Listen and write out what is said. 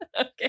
Okay